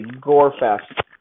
gore-fest